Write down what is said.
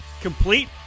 Complete